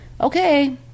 okay